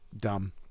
Dumb